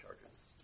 charges